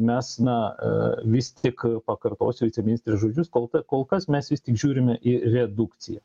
mes na vis tik pakartosiu viceministrės žodžius kolta kol kas mes vis tik žiūrime į redukciją